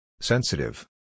Sensitive